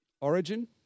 origin